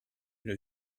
une